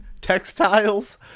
textiles